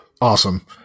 Awesome